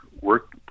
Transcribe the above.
work